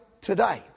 today